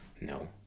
No